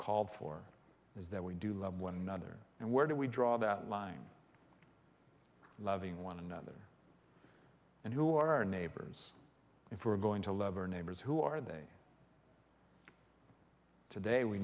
called for is that we do love one another and where do we draw that line loving one another and who are our neighbors if we're going to love our neighbors who are they today we